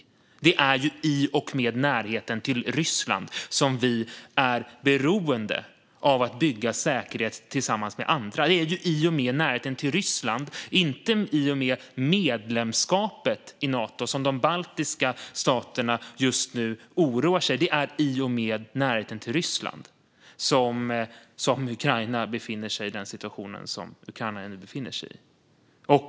Men det är ju i och med närheten till Ryssland som vi är beroende av att bygga säkerhet tillsammans med andra. Det är i och med närheten till Ryssland, inte i och med medlemskapet i Nato, som de baltiska staterna just nu oroar sig. Det är i och med närheten till Ryssland som Ukraina befinner sig i den situation som landet nu befinner sig i.